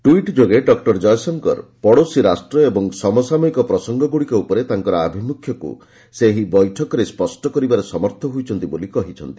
tweet ଯୋଗେ doctor Jaishankar ପଡ଼ୋଶୀ ରାଷ୍ଟ୍ର ଓ ସମସାମୟିକ ପ୍ରସଙ୍ଗଗୁଡ଼ିକ ଉପରେ ତାଙ୍କର ଆଭିମୁଖ୍ୟକୁ ସେ ଏହି ବୈଠକରେ ସ୍ୱଷ୍ଟ କରିବାରେ ସମର୍ଥ ହୋଇଛନ୍ତି ବୋଲି କହିଛନ୍ତି